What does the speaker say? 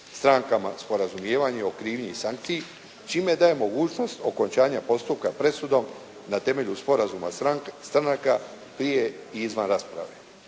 strankama sporazumijevanje o krivnji i sankciji čime joj daje mogućnost okončanja postupka presudom na temelju sporazuma stranaka prije i izvan rasprave.